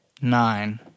Nine